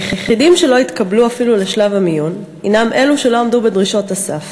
היחידים שלא התקבלו אפילו לשלב המיון הנם אלה שלא עמדו בדרישות הסף